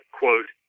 quote